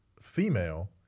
female